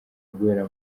guhera